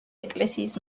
ეკლესიის